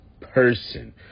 person